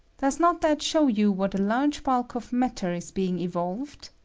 does not that show you what a large bulk of matter is being evolved?